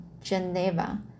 Geneva